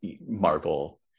Marvel